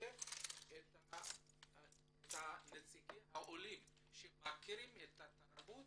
לשתף את נציגי העולים שמכירים את התרבות,